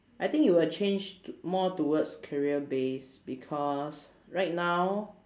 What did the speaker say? I think it will change t~ more towards career base because right now